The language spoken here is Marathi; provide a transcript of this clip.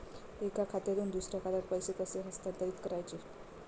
एका खात्यातून दुसऱ्या खात्यात पैसे कसे हस्तांतरित करायचे